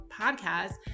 podcast